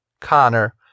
Connor